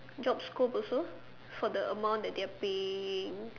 job scope also for the amount that they are paying